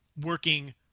working